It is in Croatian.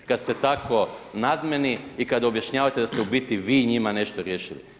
Kad ste tako nadmeni i kad objašnjavate da ste u biti vi njima nešto riješili.